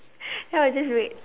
then I'll just wait